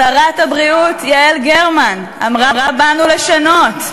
שרת הבריאות יעל גרמן אמרה: באנו לשנות,